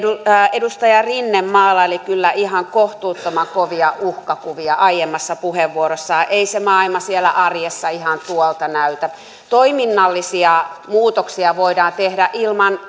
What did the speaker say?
edustaja rinne maalaili kyllä ihan kohtuuttoman kovia uhkakuvia aiemmassa puheenvuorossaan ei se maailma siellä arjessa ihan tuolta näytä toiminnallisia muutoksia voidaan tehdä ilman